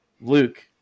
Luke